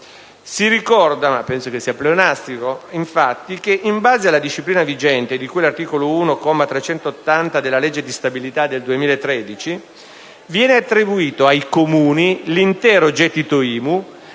Si ricorda infatti, ma penso sia pleonastico, che in base alla disciplina vigente, di cui all'articolo 1, comma 380, della legge di stabilità 2013, viene attribuito ai Comuni l'intero gettito IMU,